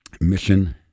Mission